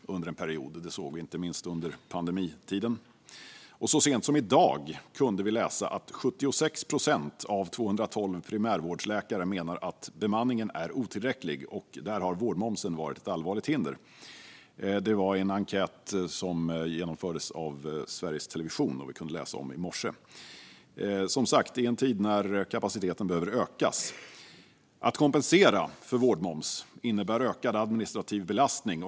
Det såg vi inte minst under pandemitiden. Så sent som i dag kunde vi läsa att 76 procent av 212 primärvårdsläkare menar att bemanningen är otillräcklig. Och där har vårdmomsen varit ett allvarligt hinder. Det var en enkätundersökning som genomfördes av Sveriges Television och som vi kunde läsa om i morse. Så här är det, som sagt, i en tid när kapaciteten behöver öka. Att kompensera för vårdmoms innebär en ökad administrativ belastning.